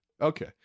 okay